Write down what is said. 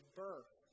birth